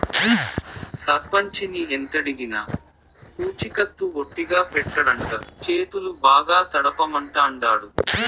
సర్పంచిని ఎంతడిగినా పూచికత్తు ఒట్టిగా పెట్టడంట, చేతులు బాగా తడపమంటాండాడు